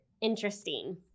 interesting